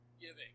giving